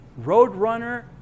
Roadrunner